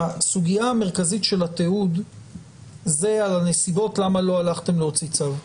הסוגיה המרכזית של התיעוד היא על הנסיבות למה לא הלכתם להוציא צו.